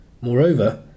Moreover